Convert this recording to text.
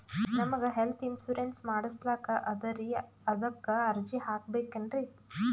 ನಮಗ health insurance ಮಾಡಸ್ಲಾಕ ಅದರಿ ಅದಕ್ಕ ಅರ್ಜಿ ಹಾಕಬಕೇನ್ರಿ?